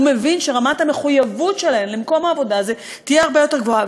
הוא מבין שרמת המחויבות שלהן למקום העבודה הזה תהיה הרבה יותר גבוהה.